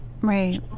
Right